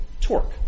torque